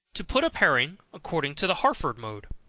to put up herring, according to the harford mode.